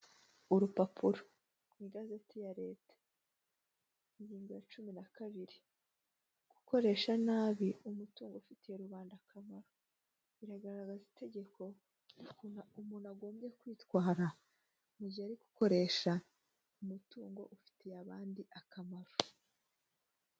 Urupapuro ku igazeti ya leta, ingingo ya cumi na kabiri, gukoresha nabi umutungo ufitiye rubanda akamaro, biragaragaza itegeko ukuntu umuntu agombye kwitwara mu gihe ari gukoresha umutungo ufitiye abandi akamaro.